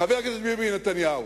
חבר הכנסת ביבי נתניהו,